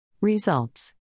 Results